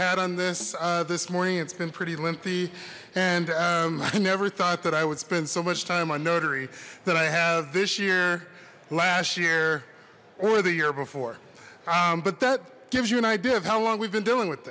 had on this this morning it's been pretty lengthy and i never thought that i would spend so much time on notary that i this year last year or the year before but that gives you an idea of how long we've been dealing with